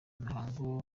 imihango